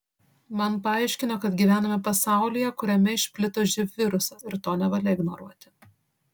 man paaiškino kad gyvename pasaulyje kuriame išplito živ virusas ir to nevalia ignoruoti